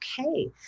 Okay